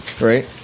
Right